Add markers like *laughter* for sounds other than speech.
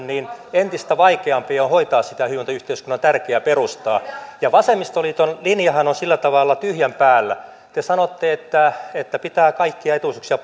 *unintelligible* niin entistä vaikeampi on hoitaa sitä hyvinvointiyhteiskunnan tärkeää perustaa vasemmistoliiton linjahan on sillä tavalla tyhjän päällä te sanotte että että pitää kaikkia etuisuuksia *unintelligible*